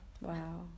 Wow